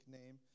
name